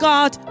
God